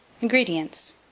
Ingredients